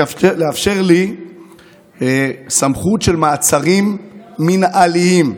שיש לתת לי סמכות של מעצרים מינהליים.